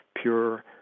pure